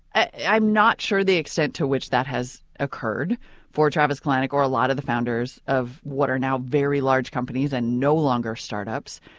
i'm not sure the extent to which that has occurred for travis kalanick or a lot of the founders of what are now very large companies and no longer startups.